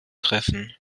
treffen